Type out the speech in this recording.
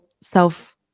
self